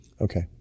Okay